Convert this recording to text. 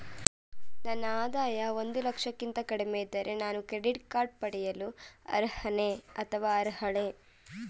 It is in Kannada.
ನನ್ನ ಆದಾಯ ಒಂದು ಲಕ್ಷಕ್ಕಿಂತ ಕಡಿಮೆ ಇದ್ದರೆ ನಾನು ಕ್ರೆಡಿಟ್ ಕಾರ್ಡ್ ಪಡೆಯಲು ಅರ್ಹನೇ ಅಥವಾ ಅರ್ಹಳೆ?